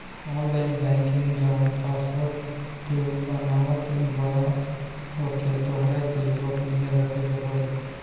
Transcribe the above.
online banking जवन password तू बनावत बारअ ओके तोहरा के गोपनीय रखे पे पड़ी